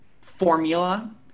formula